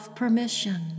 permission